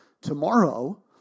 tomorrow